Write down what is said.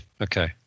Okay